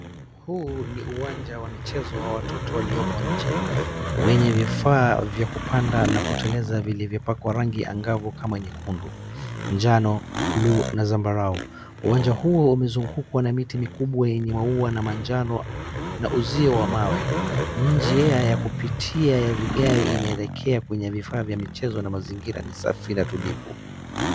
Huu ni uwanja wa michezo wa watoto uliopo nje, wenye vifaa vya kupanda na kuteleza vilivyopakwa rangi angavu kama nyekundu, njano , buluu na zambarau. Uwanja huo umezungukwa na miti mikubwa yenye maua na manjano na uzio wa mawe. Njia ya kupitia ya vigae inaelekea kwenye vifaa vya michezo na mazingira ni safi na tulivu.